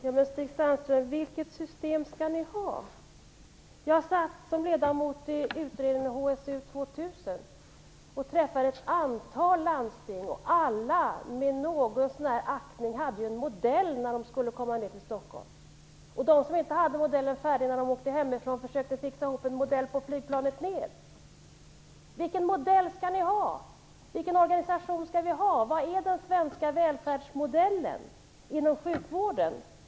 Herr talman! Vilket system skall ni ha, Stig Sandström? Jag var ledamot i utredningen HSU 2000 där jag träffade ett antal landsting. Alla med någon så när aktning hade ju förslag till en modell när de kom hit till Stockholm. De som inte hade modellen färdig när de åkte hemifrån försökte fixa ihop en modell på flygplanet hit. Vilken modell skall ni ha? Vilken organisation skall vi ha? Vad är den svenska välfärdsmodellen inom sjukvården?